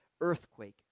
earthquake